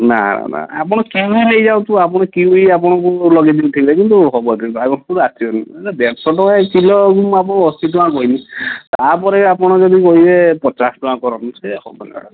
ନା ନା ଆପଣ କିଣି ନେଇଯାଉଥିବ ଆପଣ କିଣିନେଇ ଆପଣଙ୍କୁ ଲଗେଇ ଦେଉଥିବେ କିନ୍ତୁ ହେବନି ଆସିବନି ଦେଢ଼ଶହ ଟଙ୍କା କିଲୋ ମୁଁ ଆପଣଙ୍କୁ ଅଶୀ ଟଙ୍କା କହିଲି ଆ ପରେ ଆପଣ ଯଦି କହିବେ ପଚାଶ ଟଙ୍କା କରନ୍ତୁ ସେ ହେବନି ମ୍ୟାଡ଼ାମ୍